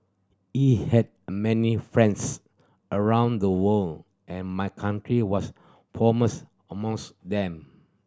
he had many friends around the world and my country was foremost amongst them